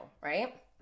right